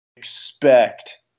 Expect